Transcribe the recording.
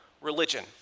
religion